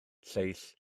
lleill